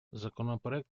законопроект